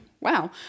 wow